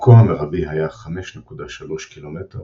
אורכו המרבי היה 5.3 ק"מ